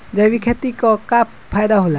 जैविक खेती क का फायदा होला?